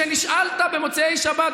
כשנשאלת במוצאי שבת,